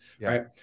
right